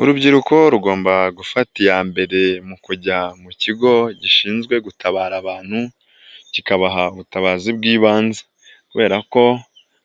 Urubyiruko rugomba gufata iya mbere mu kujya mu kigo gishinzwe gutabara abantu, kikabaha ubutabazi bw'ibanze kubera ko